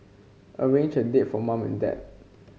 arrange a date for mum and dad